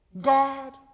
God